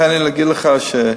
תן לי להגיד לך,